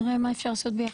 נראה מה אפשר לעשות ביחד.